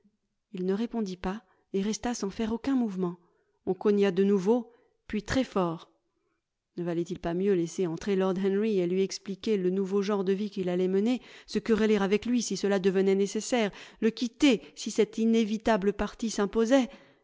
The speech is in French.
il ne répondit pas et resta sans faire aucun mouvement on cogna de nouveau puis très fort ne valait-il pas mieux laisser entrer lord henry et lui expliquer le nouveau genre de vie qu'il allait mener se quereller avec lui si cela devenait nécessaire le quitter si cet inévitable parti s'imposait